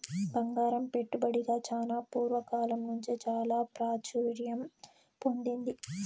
బంగారం పెట్టుబడిగా చానా పూర్వ కాలం నుంచే చాలా ప్రాచుర్యం పొందింది